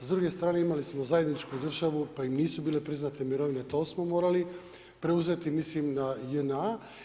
S druge strane imali smo zajedničku državu pa im nisu bile priznate mirovine, to smo morali preuzeti, mislim na JNA.